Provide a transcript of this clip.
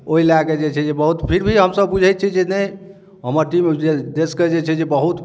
ओहि लऽ कऽ जे छै से बहुत फिर भी हमसब बुझै छियै जे नहि हमर टीम देशके जे छै जे बहुत